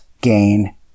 gain